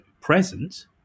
present